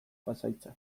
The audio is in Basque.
pasahitza